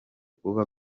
kuba